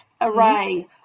array